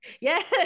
Yes